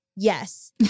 Yes